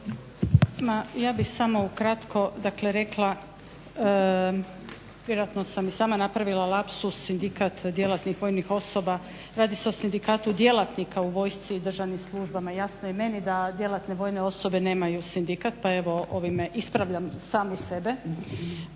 ja bih samo ukratko rekla vjerojatno sam i sam napravila lapsus Sindikat djelatnih vojnih osoba radi se o Sindikatu djelatnika u vojsci i državnim službama. Jasno je i meni da djelatne vojne osobe nemaju sindikat pa evo ovime ispravljam samu sebe.